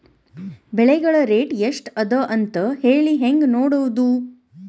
ಬೆಳೆಗಳ ರೇಟ್ ಎಷ್ಟ ಅದ ಅಂತ ಹೇಳಿ ಹೆಂಗ್ ನೋಡುವುದು?